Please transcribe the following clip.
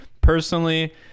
Personally